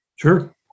Sure